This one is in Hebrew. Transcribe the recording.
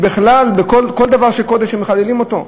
בכלל, כל דבר של קודש שמחללים אותו?